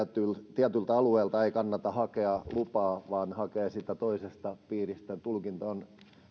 tietyltä alueelta ei kannata hakea lupaa vaan hakee siitä toisesta piiristä tulkinta on